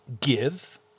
give